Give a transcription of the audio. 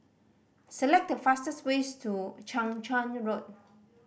select the fastest ways to Chang Charn Road